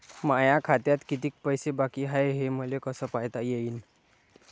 माया खात्यात कितीक पैसे बाकी हाय हे मले कस पायता येईन?